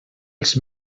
els